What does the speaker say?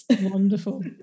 Wonderful